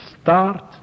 start